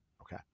Okay